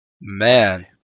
Man